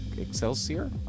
Excelsior